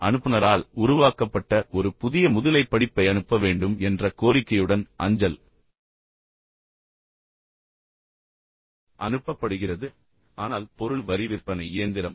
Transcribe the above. எனவே அனுப்புநரால் உருவாக்கப்பட்ட ஒரு புதிய முதுகலை படிப்பை அனுப்ப வேண்டும் என்ற கோரிக்கையுடன் அஞ்சல் அனுப்பப்படுகிறது ஆனால் பொருள் வரி விற்பனை இயந்திரம்